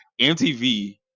MTV